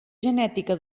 genètica